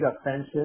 offensive